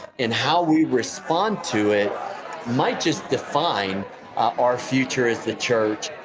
and how we respond to it might just define our future as a church.